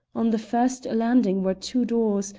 on the first landing were two doors,